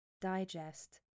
digest